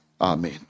amen